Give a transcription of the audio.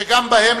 שגם בהם,